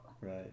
Right